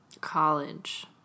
College